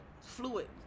fluid